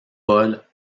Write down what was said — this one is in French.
paul